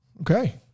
Okay